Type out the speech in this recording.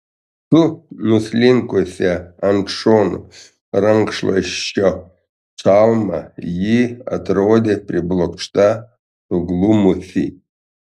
su nuslinkusia ant šono rankšluosčio čalma ji atrodė priblokšta suglumusi